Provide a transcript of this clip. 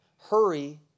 Hurry